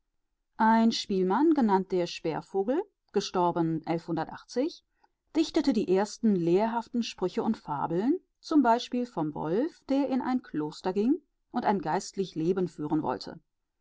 ein spielmann genannt der schwer dichtete die ersten lehrhaften sprüche und fabeln z b vom wolf der in ein kloster ging und ein geistlich leben führen wollte